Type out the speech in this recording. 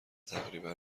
تقریبا